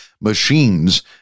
machines